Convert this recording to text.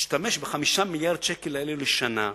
נשתמש ב-5 מיליארדי השקלים האלה לשנה,